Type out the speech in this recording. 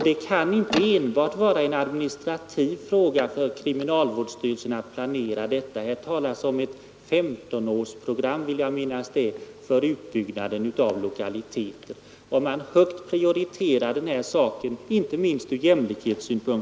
Det kan inte vara enbart en administrativ fråga för kriminalvårdsstyrelsen att planera för den saken. Jag vill minnas att det i sammanhanget har talats om ett 15-årsprogram för utbyggnaden av lokaliteterna. Här skulle det därför vara värdefullt att höra justitieministerns mening.